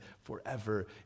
forever